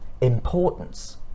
importance